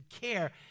care